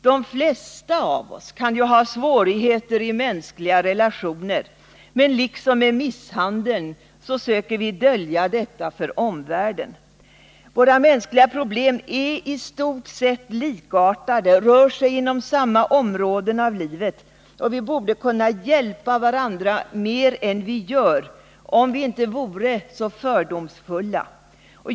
De flesta av oss kan ju ha svårigheter i fråga om mänskliga relationer, men liksom beträffande misshandeln söker vi dölja detta för omvärlden. Våra mänskliga relationer är i stort sett likartade och berör samma områden av livet. Vi borde kunna hjälpa varandra mer än vi gör om vi inte vore så fördomsfulla.